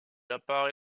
apparaît